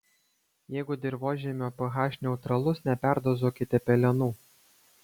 jeigu dirvožemio ph neutralus neperdozuokite pelenų